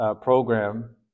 program